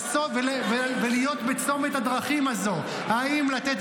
-- ולהיות בצומת הדרכים הזה: האם לתת